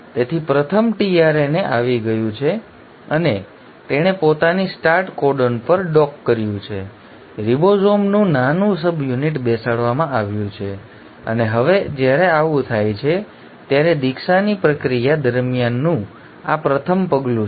તેથી પ્રથમ tRNA આવી ગયું છે અને તેણે પોતાને સ્ટાર્ટ કોડોન પર ડોક કર્યું છે રિબોસોમનું નાનું સબયુનિટ બેસવામાં આવ્યું છે અને હવે જ્યારે આવું થાય છે ત્યારે દીક્ષાની પ્રક્રિયા દરમિયાનનું આ પ્રથમ પગલું છે